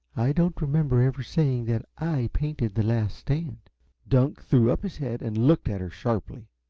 i don't remember ever saying that i painted the last stand dunk threw up his head and looked at her sharply.